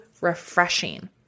refreshing